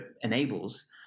enables